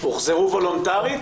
הוחזרו וולונטרית?